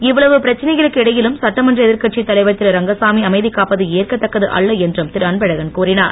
இவ்வளவு பிரச்சனைகளுக்கு இடையிலும் சட்டமன்ற எதிர்கட்சித் தலைவர் திருரங்கசாமி அமைதி காப்பது ஏற்கத்தக்கதல்ல என்றும் திருஅன்பழகன் கூறிஞர்